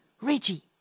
Reggie